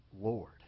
Lord